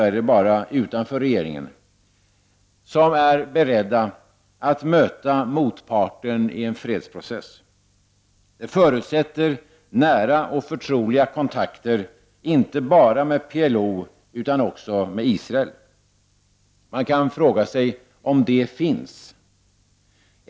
De finns fr.o.m. i dag dess värre kanske bara utanför regeringen. Det förutsätter nära och förtroliga kontakter inte bara med PLO utan också med Israel. Man kan fråga sig om sådana finns.